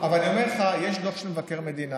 אבל אני אומר לך, יש דוח של מבקר המדינה